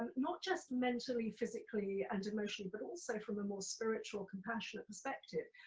um not just mentally, physically and emotionally, but also from a more spiritual compassionate perspective,